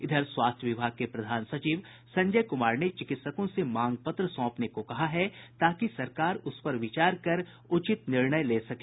इधर स्वास्थ्य विभाग के प्रधान सचिव संजय कुमार ने चिकित्सकों से मांग पत्र सौंपने को कहा है ताकि सरकार उस पर विचार कर उचित निर्णय ले सके